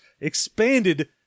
expanded